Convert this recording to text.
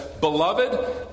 Beloved